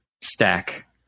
stack